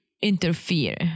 Interfere